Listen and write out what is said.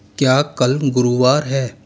क्या कल गुरुवार है